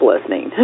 listening